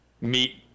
meet